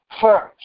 first